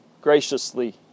graciously